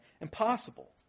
Impossible